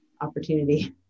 opportunity